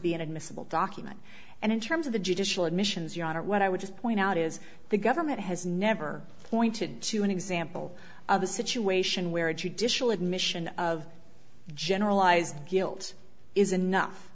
be inadmissible document and in terms of the judicial admissions your honor what i would just point out is the government has never pointed to an example of a situation where a judicial admission of generalized guilt is enough